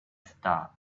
style